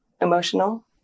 emotional